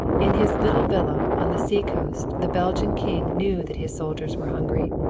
in his little villa on the seacoast the belgian king knew that his soldiers were hungry,